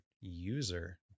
user